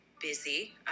busy